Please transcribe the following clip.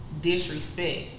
disrespect